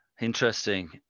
Interesting